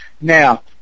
Now